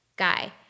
Guy